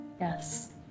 Yes